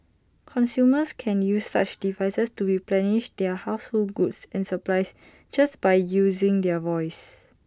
consumers can use such devices to replenish their household goods and supplies just by using their voice